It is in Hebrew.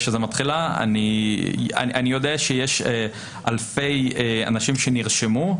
אני יודע שיש אלפי אנשים שנרשמו,